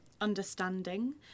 understanding